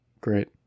Great